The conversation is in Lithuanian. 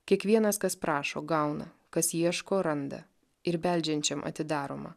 kiekvienas kas prašo gauna kas ieško randa ir beldžiančiam atidaroma